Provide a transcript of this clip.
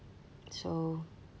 so